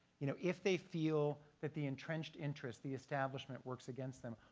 you know if they feel that the entrenched interests, the establishment, works against them,